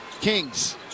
Kings